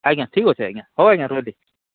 ଆଜ୍ଞା ଠିକ୍ ଅଛେ ଆଜ୍ଞା ହଉ ଆଜ୍ଞା ରହେଲି